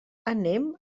anem